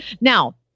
Now